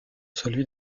celui